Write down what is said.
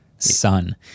Son